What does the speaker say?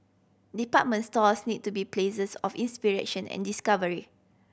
department stores need to be places of inspiration and discovery